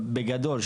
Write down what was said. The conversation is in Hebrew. בגדול,